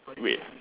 wait